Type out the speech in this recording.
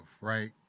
right